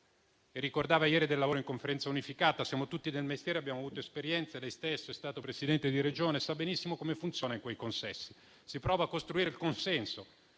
ricordava il lavoro in Conferenza unificata, voglio dire che siamo tutti del mestiere, abbiamo avuto esperienze, lei stesso è stato Presidente di Regione e sa benissimo come funziona in quei consessi: si prova a costruire il consenso,